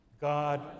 God